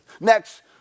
next